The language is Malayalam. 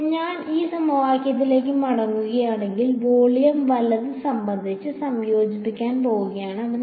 ഇപ്പോൾ ഞാൻ ഈ സമവാക്യത്തിലേക്ക് മടങ്ങുകയാണെങ്കിൽ വോളിയം വലത് സംബന്ധിച്ച് സംയോജിപ്പിക്കാൻ പോകുകയാണ്